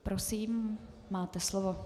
Prosím, máte slovo.